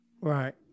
right